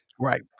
Right